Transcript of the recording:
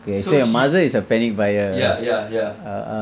so she ya ya ya